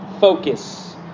focus